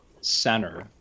center